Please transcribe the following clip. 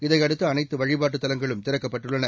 இதையடுத்து அனைத்து வழிபாட்டு தலங்களும் திறக்கப்பட்டுள்ளன